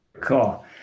Cool